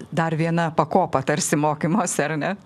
dar viena pakopa tarsi mokymosi ar ne